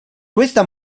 questa